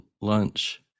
lunch